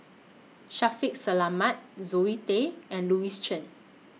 Shaffiq Selamat Zoe Tay and Louis Chen